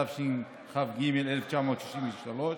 התשכ"ג 1963,